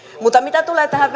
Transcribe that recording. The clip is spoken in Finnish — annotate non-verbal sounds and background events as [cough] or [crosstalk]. mutta mitä tulee tähän [unintelligible]